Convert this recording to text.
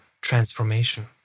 transformation